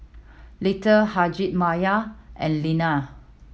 Little Hjalmar and Lena